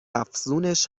افزونش